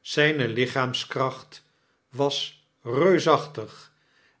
zijne lichaamskracht was reusachtig